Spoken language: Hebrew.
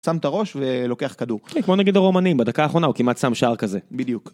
שם את הראש ולוקח כדור. כמו נגד הרומנים, בדקה האחרונה הוא כמעט שם שער כזה. בדיוק.